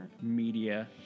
media